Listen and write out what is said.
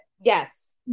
Yes